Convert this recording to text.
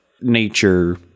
nature